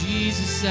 Jesus